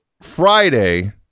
friday